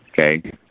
okay